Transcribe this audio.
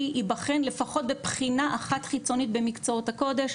ייבחן לפחות בבחינה אחת חיצונית במקצועות הקודש,